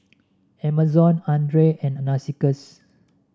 Amazon Andre and Narcissus